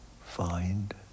find